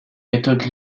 méthode